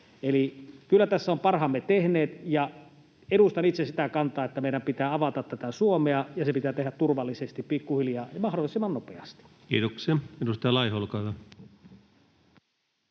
Eli kyllä tässä olemme parhaamme tehneet, ja edustan itse sitä kantaa, että meidän pitää avata Suomea ja se pitää tehdä turvallisesti pikkuhiljaa ja mahdollisimman nopeasti. Kiitoksia. — Edustaja Laiho, olkaa hyvä.